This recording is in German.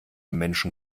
menschen